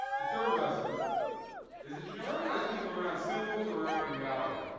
the third lesson is that you can organize people around symbols or around reality.